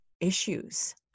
issues